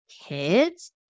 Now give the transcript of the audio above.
kids